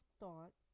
thought